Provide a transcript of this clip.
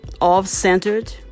off-centered